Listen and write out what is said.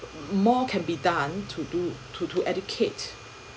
more can be done to do to to educate